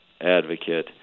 advocate